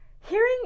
Hearing